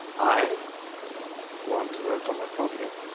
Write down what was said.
i want to work on my project.